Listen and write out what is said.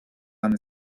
and